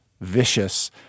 vicious